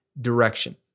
direction